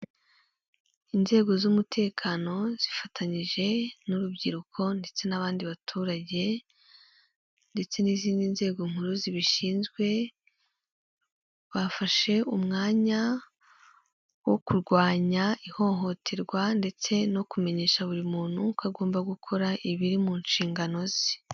Inzego z'umutekano zifatanyije n'urubyiruko ndetse n'abandi baturage, ndetse n'izindi nzego nkuru zibishinzwe, bafashe umwanya wo kurwanya ihohoterwa, ndetse no kumenyesha buri muntu ko agomba gukora ibiri mu nshingano ze.